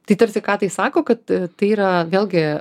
tai tarsi ką tai sako kad tai yra vėlgi